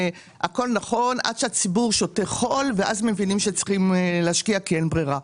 הכול נכון עד שהציבור שותה חול ואז מבינים שצריכים להשקיע כי אין ברירה.